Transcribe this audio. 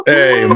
Hey